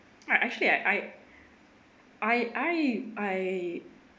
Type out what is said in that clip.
I actually I I I I I